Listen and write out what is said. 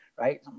right